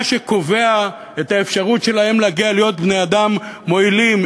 מה שקובע את האפשרות שלהם להגיע להיות בני-אדם מועילים,